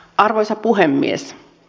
arvoisa puhemies